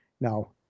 Now